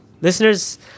listeners